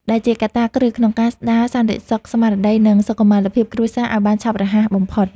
ដែលជាកត្តាគ្រឹះក្នុងការស្ដារសន្តិសុខស្មារតី និងសុខុមាលភាពគ្រួសារឱ្យបានឆាប់រហ័សបំផុត។